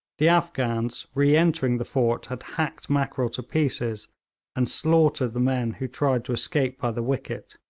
the afghans, re-entering the fort, had hacked mackrell to pieces and slaughtered the men who tried to escape by the wicket.